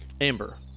Amber